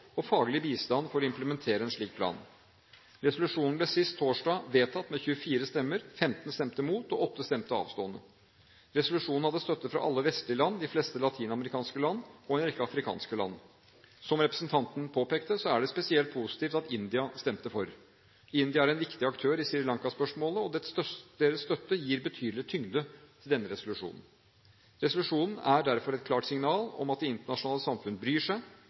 og faglig bistand for å implementere en slik plan. Resolusjonen ble sist torsdag vedtatt med 24 stemmer – 15 stemte mot og 8 stemte avstående. Resolusjonen hadde støtte fra alle vestlige land, de fleste latinamerikanske land og en rekke afrikanske land. Som representanten påpekte, er det spesielt positivt at India stemte for. India er en viktig aktør i Sri Lanka-spørsmålet, og deres støtte gir betydelig tyngde til denne resolusjonen. Resolusjonen er derfor et klart signal om at det internasjonale samfunn bryr seg,